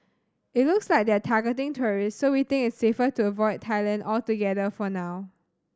it looks like they're targeting tourists so we think it's safer to avoid Thailand altogether for now